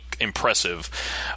impressive